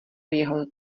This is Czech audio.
jeho